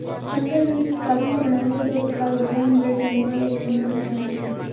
संकर बीज उत्पादन प्रणाली में दो प्रकार होते है इनब्रेड लाइनें और एक संकरण प्रणाली